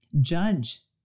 Judge